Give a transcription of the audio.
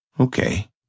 Okay